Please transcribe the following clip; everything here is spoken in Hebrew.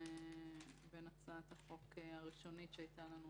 בין הצעת החוק הראשונית שהייתה לנו